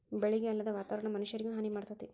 ಬೆಳಿಗೆ ಅಲ್ಲದ ವಾತಾವರಣಾ ಮನಷ್ಯಾರಿಗು ಹಾನಿ ಮಾಡ್ತತಿ